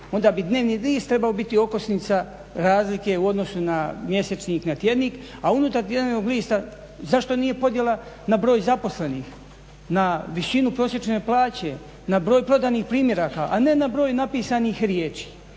onda bi dnevni list trebao biti okosnica razlike u odnosu na mjesečnik, na tjednik, a unutar dnevnog lista zašto nije podjela na broj zaposlenih, na visinu prosječne plaće, na broj prodanih primjeraka, a ne na broj napisanih riječi.